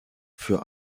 für